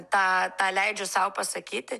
tą tą leidžiu sau pasakyti